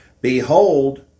Behold